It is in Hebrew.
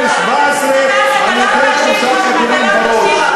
לכל עם זכות להתנגד לכיבוש,